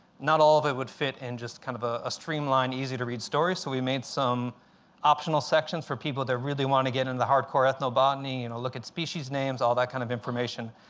not all of it would fit in and just kind of ah a streamlined, easy-to-read story, so we made some optional sections for people that really want to get in the hardcore ethnobotany, you know look at species names, all that kind of information.